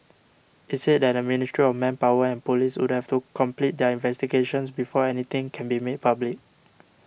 it's said that the Ministry of Manpower and police would have to complete their investigations before anything can be made public